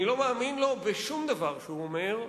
אני לא מאמין לו בשום דבר שהוא אומר.